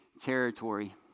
territory